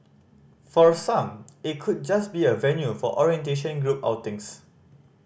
for some it could just be a venue for orientation group outings